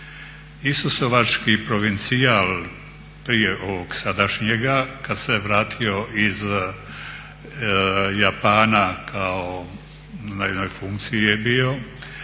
Isusovački provincijal prije ovog sadašnjega kad se vratio iz Japana kao, na jednoj funkciji je bio,